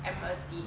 admiralty